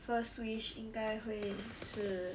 first wish 应该会是